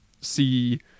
see